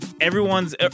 everyone's